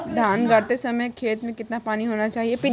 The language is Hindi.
धान गाड़ते समय खेत में कितना पानी होना चाहिए?